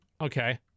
okay